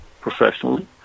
professionally